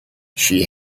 she